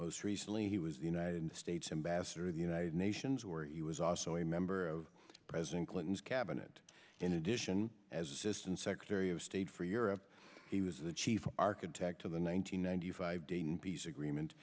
most recently he was the united states ambassador to the united nations where he was also a member of president clinton's cabinet in addition as assistant secretary of state for europe he was the chief architect of the nine nine hundred ninety five dayton peace agreement